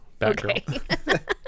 Batgirl